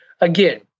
Again